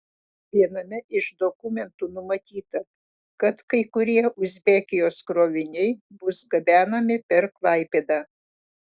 viename iš dokumentų numatyta kad kai kurie uzbekijos kroviniai bus gabenami per klaipėdą